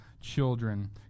children